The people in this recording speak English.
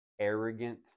arrogant